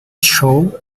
shown